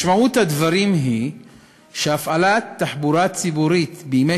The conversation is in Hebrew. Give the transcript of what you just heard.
משמעות הדברים היא שהפעלת תחבורה ציבורית בימי